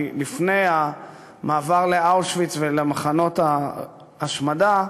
כי לפני המעבר לאושוויץ ולמחנות ההשמדה